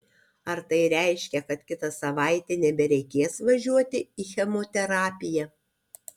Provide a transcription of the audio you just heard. ar tai reiškia kad kitą savaitę nebereikės važiuoti į chemoterapiją